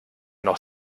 noch